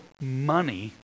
money